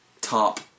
Top